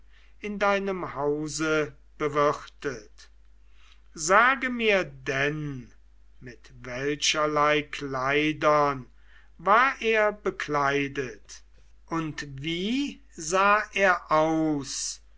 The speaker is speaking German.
in deinem hause bewirtet sage mir denn mit welcherlei kleidern war er bekleidet und wie sah er aus